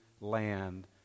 land